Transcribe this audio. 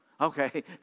okay